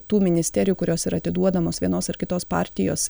tų ministerijų kurios yra atiduodamos vienos ar kitos partijos